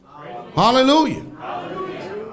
Hallelujah